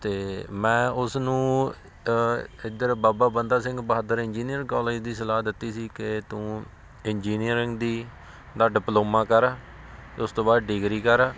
ਅਤੇ ਮੈਂ ਉਸ ਨੂੰ ਇੱਧਰ ਬਾਬਾ ਬੰਦਾ ਸਿੰਘ ਬਹਾਦਰ ਇੰਜੀਨੀਅਰ ਕੋਲਜ ਦੀ ਸਲਾਹ ਦਿੱਤੀ ਸੀ ਕਿ ਤੂੰ ਇੰਜੀਨੀਅਰਿੰਗ ਦੀ ਦਾ ਡਿਪਲੋਮਾ ਕਰ ਅਤੇ ਉਸ ਤੋਂ ਬਾਅਦ ਡਿਗਰੀ ਕਰ